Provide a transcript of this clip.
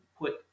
put